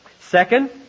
Second